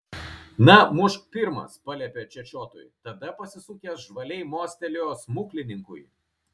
na mušk pirmas paliepė čečiotui tada pasisukęs žvaliai mostelėjo smuklininkui